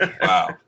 Wow